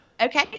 Okay